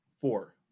Four